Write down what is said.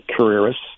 careerists